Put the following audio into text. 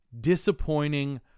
disappointing